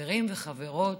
חברים וחברות,